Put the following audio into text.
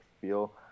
feel